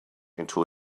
into